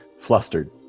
flustered